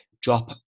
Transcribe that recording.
drop